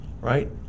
right